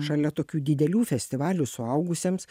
šalia tokių didelių festivalių suaugusiems